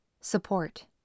Support